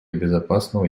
безопасного